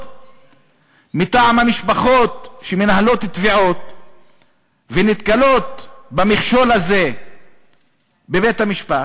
מטעם המשפחות שמנהלות תביעות ונתקלות במכשול הזה בבית-המשפט.